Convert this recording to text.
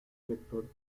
lectores